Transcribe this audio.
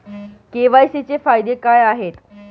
KYC चे फायदे काय आहेत?